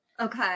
Okay